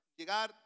Llegar